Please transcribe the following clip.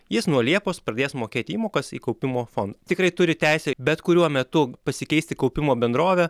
jis nuo liepos pradės mokėti įmokas į kaupimo fondą tikrai turi teisę bet kuriuo metu pasikeisti kaupimo bendrovę